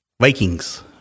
Vikings